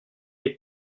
est